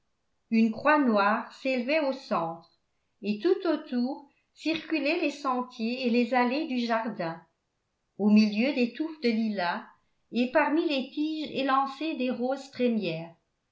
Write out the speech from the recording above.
une croix noire s'élevait au centre et tout autour circulaient les sentiers et les allées du jardin au milieu des touffes de lilas et parmi les tiges élancées des roses trémières